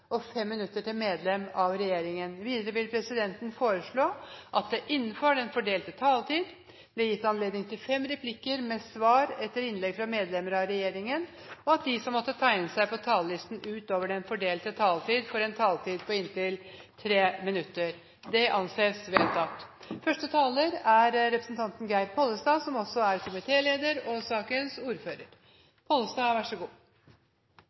til fem replikker med svar etter innlegg fra medlemmer av regjeringen innenfor den fordelte taletid. Videre blir det foreslått at de som måtte tegne seg på talerlisten utover den fordelte taletid, får en taletid på inntil 3 minutter. – Det anses vedtatt. Nærings- og